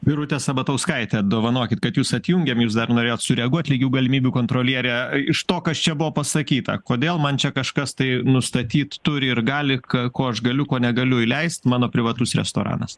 birutė sabatauskaitė dovanokit kad jus atjungėm jūs dar norėjot sureaguot lygių galimybių kontroliere iš to kas čia buvo pasakyta kodėl man čia kažkas tai nustatyt turi ir gali ką ko aš galiu ko negaliu įleist mano privatus restoranas